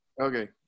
Okay